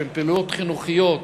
שהן פעילויות חינוכיות